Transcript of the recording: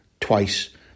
twice